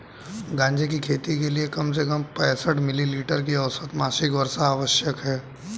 गांजे की खेती के लिए कम से कम पैंसठ मिली मीटर की औसत मासिक वर्षा आवश्यक है